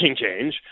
change